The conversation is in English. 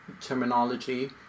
terminology